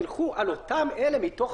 זה אומר שכל האנשים האלה הם אנשים